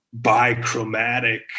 bichromatic